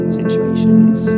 situations